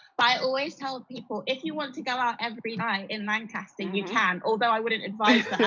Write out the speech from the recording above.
i always tell people if you want to go out every night in lancaster, you can although i wouldn't advise that.